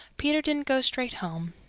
peter didn't go straight home.